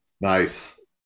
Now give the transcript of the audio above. Nice